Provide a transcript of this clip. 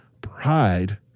pride